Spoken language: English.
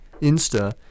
insta